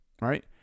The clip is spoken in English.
right